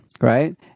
right